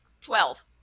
Twelve